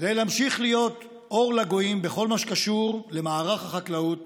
כדי להמשיך להיות אור לגויים בכל מה שקשור למערך החקלאות,